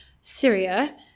Syria